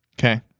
Okay